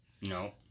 No